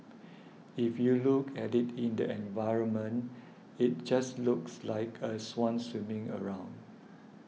if you look at it in the environment it just looks like a swan swimming around